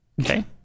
Okay